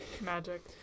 Magic